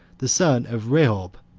the son of rehob,